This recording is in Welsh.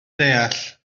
deall